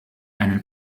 einen